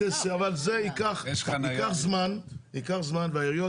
יש סמכות לרשות המקומית